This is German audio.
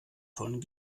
von